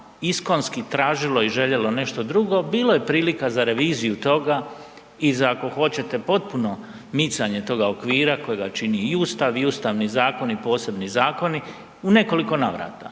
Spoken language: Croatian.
iskonski tražilo i željelo nešto drugo, bilo je prilika za reviziju toga i za ako hoćete, potpuno micanje toga okvira kojega čini i Ustav i Ustavni zakon i posebni zakoni, u nekoliko navrata.